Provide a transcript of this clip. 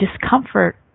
discomfort